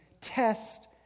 Test